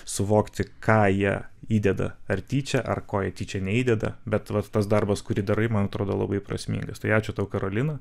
suvokti ką jie įdeda ar tyčia ar ko jie tyčia neįdeda bet vat tas darbas kurį darai man atrodo labai prasmingas tai ačiū tau karolina